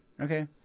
Okay